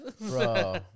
bro